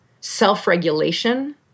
self-regulation